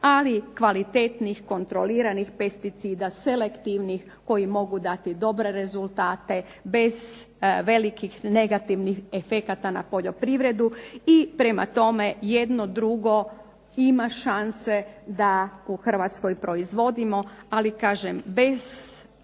Ali kvalitetnih kontroliranih pesticida, selektivnih koji mogu dati dobre rezultate bez velikih negativnih efekata na poljoprivredu. I prema tome, jedno i drugo ima šanse da u Hrvatskoj proizvodimo ali kažem bez ovog